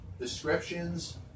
descriptions